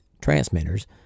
transmitters